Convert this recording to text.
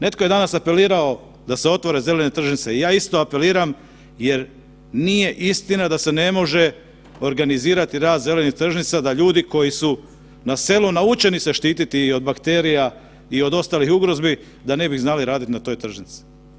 Netko je danas apelirao da se otvorene zelene tržnice, ja isto apeliram jer nije istina da se ne može organizirati rad zelenih tržnica, da ljudi koji su na selu naučeni se štititi od bakterija i od ostalih ugrozi da ne bi znali raditi na toj tržnici.